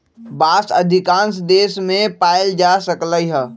बांस अधिकांश देश मे पाएल जा सकलई ह